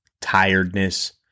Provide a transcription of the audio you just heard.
tiredness